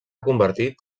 convertit